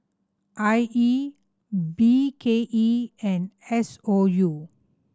I E B K E and S O U